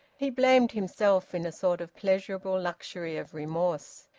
he blamed himself, in a sort of pleasurable luxury of remorse,